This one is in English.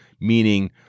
meaning